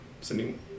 Sending